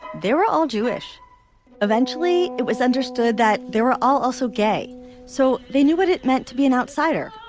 they were all jewish eventually it was understood that they were all also gay so they knew what it meant to be an outsider,